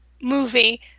movie